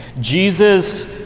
Jesus